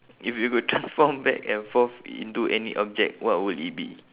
if you could transform back and forth into any object what would it be